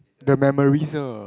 the memories ah